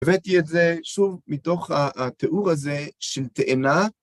הבאתי את זה שוב מתוך התיאור הזה של תאנה.